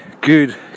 good